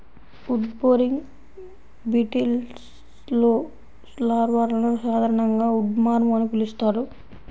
wood boring బీటిల్స్లో లార్వాలను సాధారణంగా ఉడ్వార్మ్ అని పిలుస్తారు